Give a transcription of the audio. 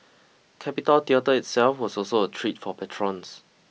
Capitol Theatre itself was also a treat for patrons